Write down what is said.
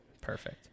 Perfect